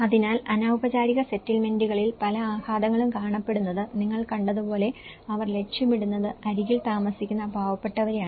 അതിനാൽ അനൌപചാരിക സെറ്റിൽമെന്റുകളിൽ പല ആഘാതങ്ങളും കാണപ്പെടുന്നത് നിങ്ങൾ കണ്ടതുപോലെ അവർ ലക്ഷ്യമിടുന്നത് അരികിൽ താമസിക്കുന്ന പാവപ്പെട്ടവരെയാണ്